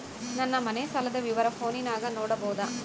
ನನ್ನ ಮನೆ ಸಾಲದ ವಿವರ ಫೋನಿನಾಗ ನೋಡಬೊದ?